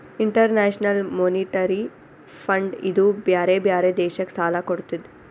international Monetary Fund ಇದೂ ಬ್ಯಾರೆ ಬ್ಯಾರೆ ದೇಶಕ್ ಸಾಲಾ ಕೊಡ್ತುದ್